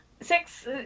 Six